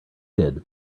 did